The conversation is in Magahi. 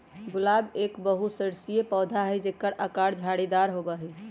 गुलाब एक बहुबर्षीय पौधा हई जेकर आकर झाड़ीदार होबा हई